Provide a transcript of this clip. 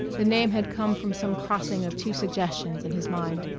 the name had come from some crossing of two suggestions in his mind.